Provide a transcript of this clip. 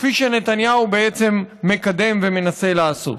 כפי שנתניהו בעצם מקדם ומנסה לעשות.